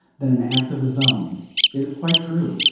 than an act of his own it is quite true.